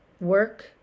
work